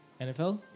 NFL